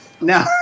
now